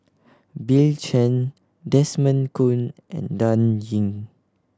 Bill Chen Desmond Kon and Dan Ying